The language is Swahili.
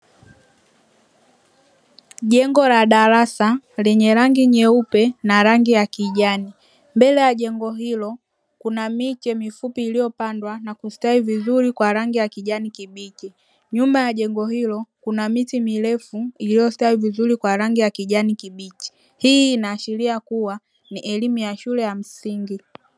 Jengo la darasa lenye rangi nyeupe na rangi ya kijani mbele ya jengo hilo kuna miche mifupi iliyopandwa na kustawi vizuri kwa rangi ya kijani kibichi, nyuma ya jengo hilo kuna miti mirefu iliyostawi vizuri kwa rangi ya kijani kibichi ,hii inaashiria kuwa ni elimu ya shule ya msingi.